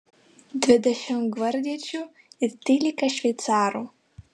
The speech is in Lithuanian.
dvidešimt gvardiečių ir trylika šveicarų